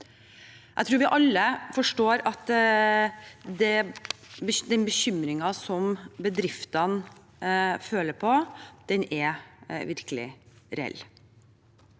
Jeg tror vi alle forstår at den bekymringen bedriftene føler på, virkelig er reell.